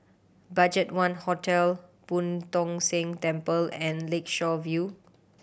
BudgetOne Hotel Boo Tong San Temple and Lakeshore View